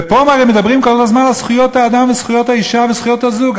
ופה מדברים כל הזמן על זכויות האדם וזכויות האישה וזכויות הזוג,